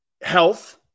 health